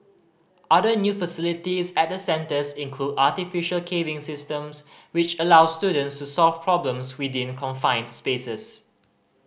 other new facilities at the centres include artificial caving systems which allow students to solve problems within confined spaces